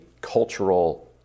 cultural